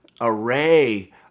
array